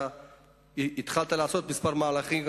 התחלת לעשות כמה מהלכים,